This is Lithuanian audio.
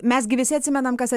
mes gi visi atsimenam kas